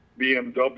BMW